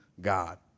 God